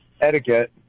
etiquette